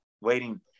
waiting